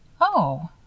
Oh